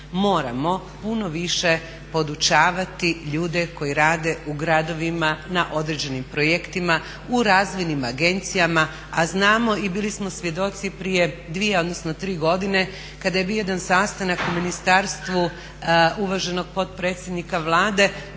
Moramo puno više podučavati ljude koji rade u gradovima na određenim projektima u razvojnim agencijama, a znamo i bili smo svjedoci prije dvije, odnosno tri godine kada je bio jedan sastanak u ministarstvu uvaženog potpredsjednika Vlade